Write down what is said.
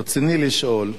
רצוני לשאול: